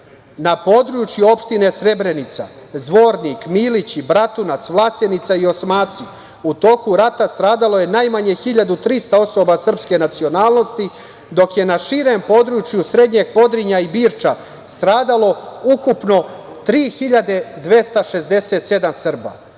Na području opštine Srebrenica, Milići, Bratunac, Vlasenica i Osmaci u toku rata stradalo je najmanje 1.300 osoba srpske nacionalnosti, dok je na širem području Srednjeg Podrinja i Birča stradalo ukupno 3.267 Srba.